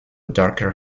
darker